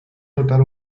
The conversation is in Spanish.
notar